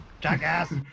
jackass